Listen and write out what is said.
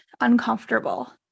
uncomfortable